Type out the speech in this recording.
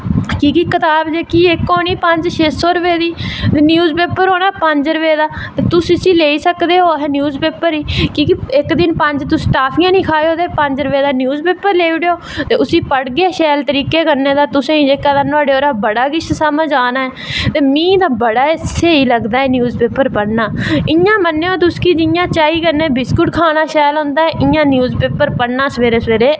कि के कताब इक होना पंज चे सौ दी ते न्यूज पेपर होना पंज रपे दा तुस लेई सकदे ओ न्यूज पेपर गी कि के इक दिन पंज तुस टाफियां नी खायो ते पंज रपे दा न्यूज पेपर लेई लैयो ते तुस पढ़गे नोहाड़े पर दा ता तुसेंगी बड़ा किश समझ औना ऐ ते मिगी ते बड़ा गै स्हेई लगदा ऐ न्यूज पेपर पढ़ना इयां मन्नेओ कि जियां चाही कन्नै बिसकुट खाना शैल औंदा ऐ इयां न्यूज पेपर पढ़ना सवेरे सवेरे